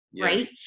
right